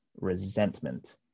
resentment